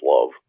Love